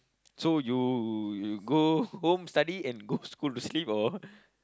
so you go go home study and go school to sleep or